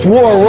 War